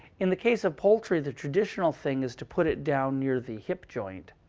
in the case of poultry, the traditional thing is to put it down near the hip joint.